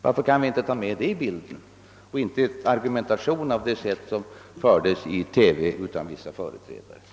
Varför kan vi inte ta med detta i bilden och slippa en argumentation av det slag som av vissa företrädare framfördes i TV-debatten?